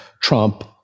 Trump